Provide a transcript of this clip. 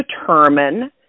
determine